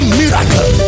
miracle